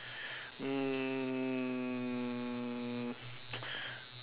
um